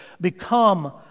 become